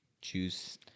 juice